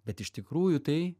bet iš tikrųjų tai